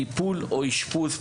טיפול או אשפוז פסיכיאטרי,